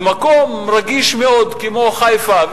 במקום רגיש מאוד כמו חיפה,